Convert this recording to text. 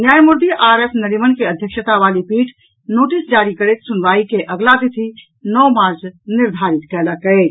न्यायमूर्ति R F Nariman के अध्यक्षता वाली पीठ नोटिस जारी करैत सुनवाई के अगिला तिथि नओ मार्च निर्धारित कयलक अछि